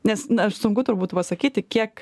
nes sunku turbūt pasakyti kiek